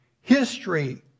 History